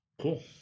Cool